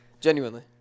Genuinely